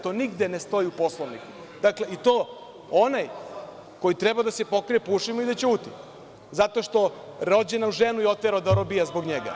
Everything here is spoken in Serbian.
To nigde ne stoji u Poslovniku, i to onaj koji treba da se pokrije po ušima i da ćuti, zato što je rođenu ženu oterao da robija zbog njega.